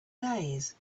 days